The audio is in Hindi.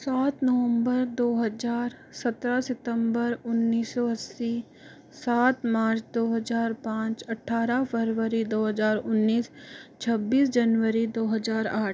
सात नवम्बर दो हज़ार सत्रह सितम्बर उन्नीस सौ अस्सी सात मार्च दो हज़ार पाँच अठारह फरवरी दो हज़ार उन्नीस छब्बीस जनवरी दो हज़ार आठ